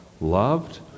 loved